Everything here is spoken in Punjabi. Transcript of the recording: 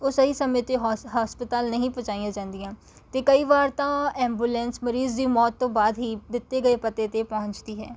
ਉਹ ਸਹੀ ਸਮੇਂ 'ਤੇ ਹੋ ਹਸਪਤਾਲ ਨਹੀਂ ਪਹੁੰਚਾਈਆਂ ਜਾਂਦੀਆਂ ਅਤੇ ਕਈ ਵਾਰ ਤਾਂ ਐਂਬੂਲੈਂਸ ਮਰੀਜ਼ ਦੀ ਮੌਤ ਤੋਂ ਬਾਅਦ ਹੀ ਦਿੱਤੇ ਗਏ ਪਤੇ 'ਤੇ ਪਹੁੰਚਦੀ ਹੈ